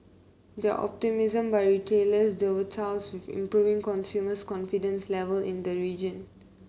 the optimism by retailers dovetails with improving consumer confidence level in the region